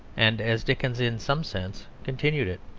and as dickens in some sense continued it.